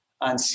on